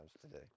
today